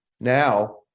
Now